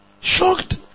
Shocked